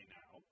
now